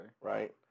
Right